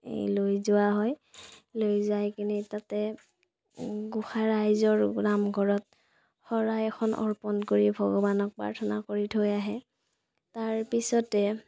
এই লৈ যোৱা হয় লৈ যায় কিনি তাতে গোঁসাই ৰাইজৰ নামঘৰত শৰাই এখন অৰ্পণ কৰি ভগৱানক প্ৰাৰ্থনা কৰি থৈ আহে তাৰপিছতে